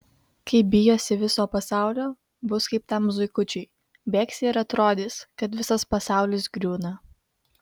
kai bijosi viso pasaulio bus kaip tam zuikučiui bėgsi ir atrodys kad visas pasaulis griūna